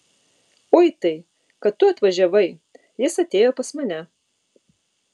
uitai kad tu atvažiavai jis atėjo pas mane